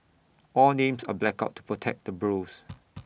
all names are blacked out to protect the bros